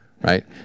right